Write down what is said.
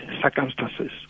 circumstances